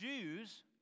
Jews